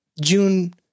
June